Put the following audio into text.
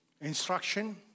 instruction